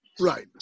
Right